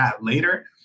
later